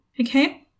Okay